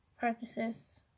purposes